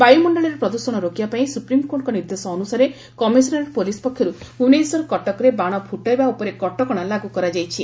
ବାୟୁମଣ୍ଡଳରେ ପ୍ରଦୂଷଣ ରୋକିବା ପାଇଁ ସୁପ୍ରିମକୋର୍ଟଙ୍କ ନିର୍ଦ୍ଦେଶ ଅନୁସାରେ କମିଶନରେଟ୍ ପୁଲିସ୍ ପକ୍ଷରୁ ଭୁବନେଶ୍ୱର କଟକରେ ବାଣ ଫ୍ଟାଇବା ଉପରେ କଟକଣା ଲାଗୁ କରାଯାଇଛି